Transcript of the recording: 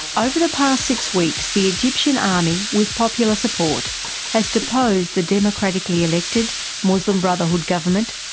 over the past six weeks the egyptian army with popular support has deposed the democratically elected muslim brotherhood government,